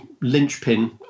linchpin